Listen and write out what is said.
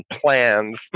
plans